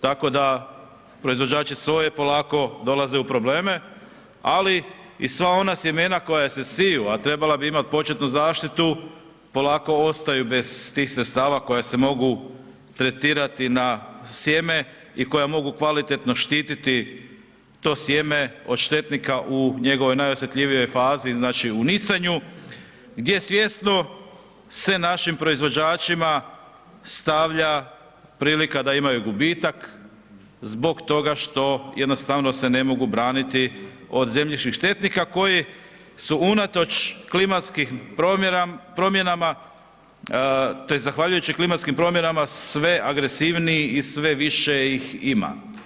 Tako da, proizvođači soje polako dolaze u probleme, ali i sva ona sjemena koja su siju, a trebala bi imati početnu zaštitu, polako ostaju bez stih sredstava koja se mogu tretirati na sjeme i koja mogu kvalitetno štititi to sjeme od štetnika u njegovoj najosjetljivijom fazi, znači u nicanju, gdje svjesno se našim proizvođačima stavlja prilika da imaju gubitak zbog toga što jednostavno se ne mogu braniti od zemljišnih štetnika koji su unatoč klimatskim promjenama tj. zahvaljujući klimatskim promjenama sve agresivniji i sve više ih ima.